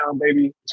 Baby